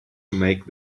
make